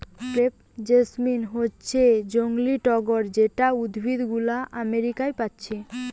crepe jasmine হচ্ছে জংলি টগর যে উদ্ভিদ গুলো আমেরিকা পাচ্ছি